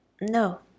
No